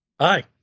Hi